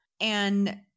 and-